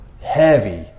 Heavy